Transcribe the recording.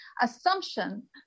assumption